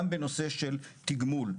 גם בנושא של תגמול.